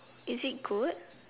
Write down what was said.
is it good